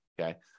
okay